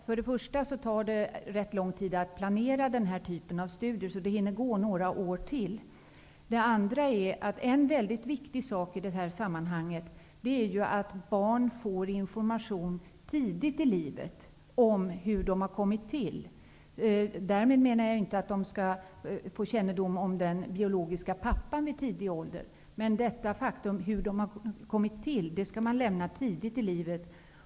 För det första tar det ganska lång tid att planera den här typen av studier, så det hinner gå några år till. För det andra får barn information om hur de har kommit till tidigt i livet. Jag menar inte att de skall få kännedom om den biologiska pappan vid tidig ålder, men informationen om hur de har kommit till skall man lämna tidigt i livet.